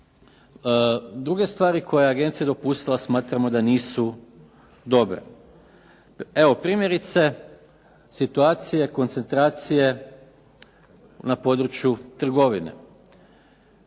druge stvari koje je agencija dopustila smatramo da nisu dobre. Evo primjerice, situacije koncentracije na području trgovine.